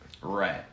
Right